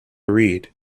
read